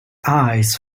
eyes